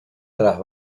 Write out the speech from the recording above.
tras